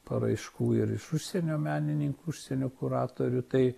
paraiškų ir iš užsienio menininkų užsienio kuratorių tai